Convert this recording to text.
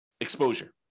exposure